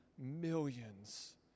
millions